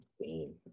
insane